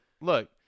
look